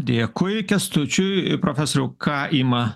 dėkui kęstučiui profesoriau ką ima